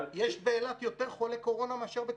יש באילת יותר חולי קורונה מאשר בקפריסין.